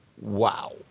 Wow